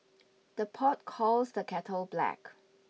the pot calls the kettle black